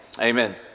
Amen